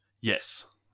Yes